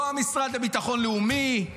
לא המשרד לביטחון לאומי,